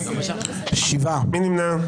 מי נמנע?